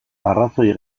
arrazoi